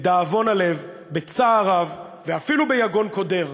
לדאבון הלב, בצער רב ואפילו ביגון קודר,